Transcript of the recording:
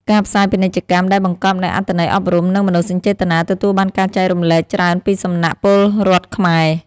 ការផ្សាយពាណិជ្ជកម្មដែលបង្កប់នូវអត្ថន័យអប់រំ និងមនោសញ្ចេតនាទទួលបានការចែករំលែកច្រើនពីសំណាក់ពលរដ្ឋខ្មែរ។